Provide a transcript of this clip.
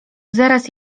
zaraz